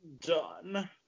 done